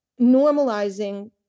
Normalizing